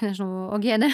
nežinau uogienė